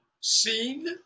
seen